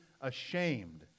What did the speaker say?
ashamed